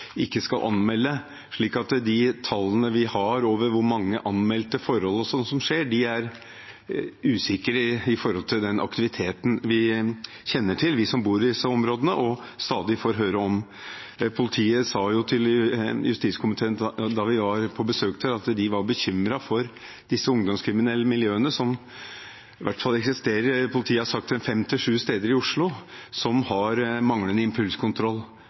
ikke skal tyste, ikke skal anmelde, slik at de tallene vi har over anmeldte forhold, er usikre i forhold til den aktiviteten vi som bor i disse områdene, kjenner til og stadig får høre om. Politiet sa til justiskomiteen da vi var på besøk der, at de var bekymret for disse ungdomskriminelle miljøene. Politiet har sagt at disse miljøene i hvert fall eksisterer fem til sju steder i Oslo, og at de har manglende impulskontroll,